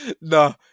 No